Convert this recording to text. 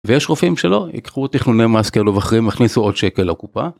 ויש רופאים שלא, יקחו תכנוני מס כאלו ואחרים יכניסו עוד שקל לקופה.